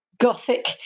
gothic